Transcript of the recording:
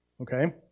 Okay